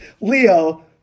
Leo